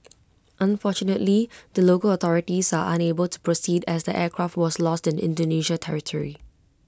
unfortunately the local authorities are unable to proceed as the aircraft was lost in Indonesia territory